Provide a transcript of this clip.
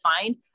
find